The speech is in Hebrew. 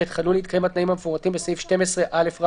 (ב)חדלו להתקיים התנאים המפורטים בסעיף 12א(א),